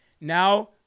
Now